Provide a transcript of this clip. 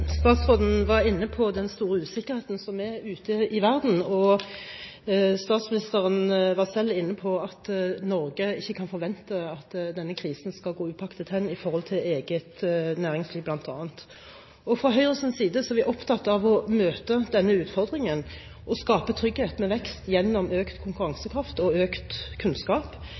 Statsråden var inne på den store usikkerheten som er ute i verden, og statsministeren var selv inne på at Norge ikke kan forvente at denne krisen skal gå upåaktet hen for eget næringsliv, bl.a. Fra Høyres side er vi opptatt av å møte denne utfordringen og skape trygghet med vekst gjennom økt konkurransekraft og økt kunnskap.